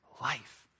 life